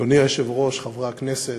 אדוני היושב-ראש, חברי הכנסת,